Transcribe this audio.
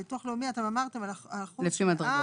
ביטוח לאומי אתם אמרתם על --- לפי מדרגות.